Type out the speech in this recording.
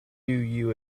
you